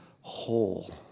whole